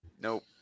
nope